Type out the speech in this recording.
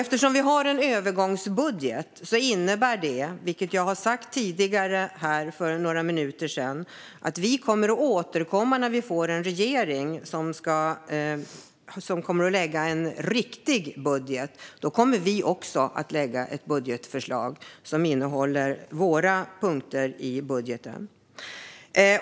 Eftersom vi har en övergångsbudget innebär det, vilket jag sa för några minuter sedan, att när Sverige får en regering som lägger fram en riktig budget kommer vi också att lägga fram ett budgetförslag som innehåller våra punkter i budgeten.